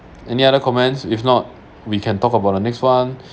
any other comments if not we can talk about the next one